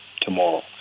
tomorrow